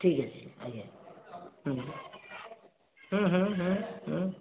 ଠିକ୍ ଅଛି ଆଜ୍ଞା ହୁଁ ହୁଁ ହୁଁ ହୁଁ ହୁଁ